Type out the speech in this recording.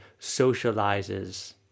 socializes